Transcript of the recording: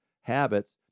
habits